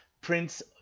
Prince